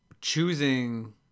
choosing